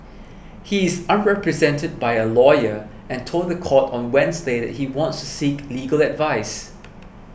he is unrepresented by a lawyer and told the court on Wednesday that he wants to seek legal advice